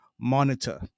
monitor